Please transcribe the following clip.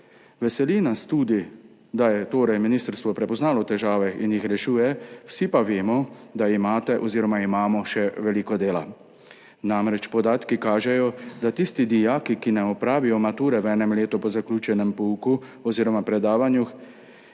Veseli nas tudi, da je ministrstvo prepoznalo težave in jih rešuje, vsi pa vemo, da imate oziroma imamo še veliko dela. Namreč, podatki kažejo, da tisti dijaki, ki ne opravijo mature v enem letu po zaključenem pouku oziroma predavanjih,